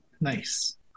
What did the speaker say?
nice